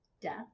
death